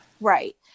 Right